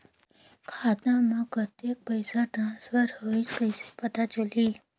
खाता म कतेक पइसा ट्रांसफर होईस कइसे पता चलही?